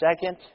Second